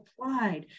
applied